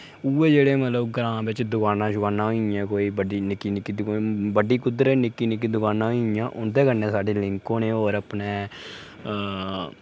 उ'ऐ जेह्ड़े मतलब ग्रांऽ बिच दकानां शकानां होई गेइयां कोई बड्डी निक्कियां निक्कियां बड्डी कुदरै निक्की निक्की दकानां होई गेइयां उं'दे कन्नै साढ़े लिंक होने होर अपने